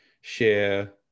share